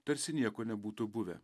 tarsi nieko nebūtų buvę